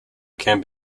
can